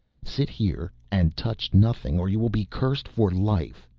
sit here and touch nothing or you will be cursed for life,